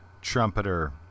trumpeter